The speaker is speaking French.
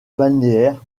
balnéaire